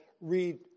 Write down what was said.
read